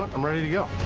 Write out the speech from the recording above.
i'm ready to go.